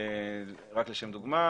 רק לשם דוגמה,